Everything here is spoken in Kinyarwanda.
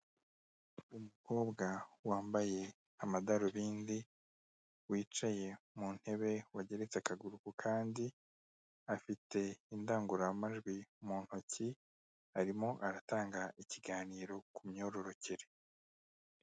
Umukobwa wambaye amadarubindi, wicaye mu ntebe wageretse akaguru ku kandi, afite indangururamajwi mu ntoki, arimo aratanga ikiganiro ku myororokere.